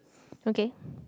okay